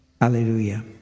Hallelujah